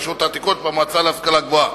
רשות העתיקות והמועצה להשכלה גבוהה,